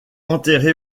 enterré